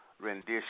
rendition